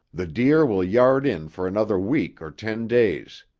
the deer will yard in for another week or ten days.